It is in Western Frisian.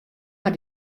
har